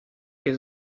che